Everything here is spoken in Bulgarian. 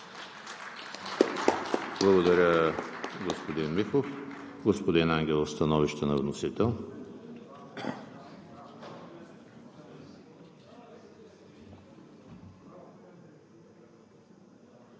Благодаря, господин Михов. Господин Ангелов – становище на вносител.